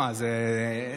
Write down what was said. מה זה,